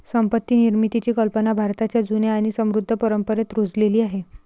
संपत्ती निर्मितीची कल्पना भारताच्या जुन्या आणि समृद्ध परंपरेत रुजलेली आहे